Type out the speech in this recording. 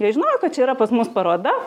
jie žinojo kad čia yra pas mus paroda